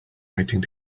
waiting